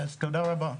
תודה רבה.